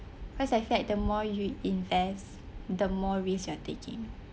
cause I feel like the more you invest the more risk you are taking